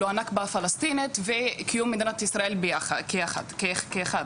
הנכבה הפלשתינית וקיום מדינת ישראל כאחד.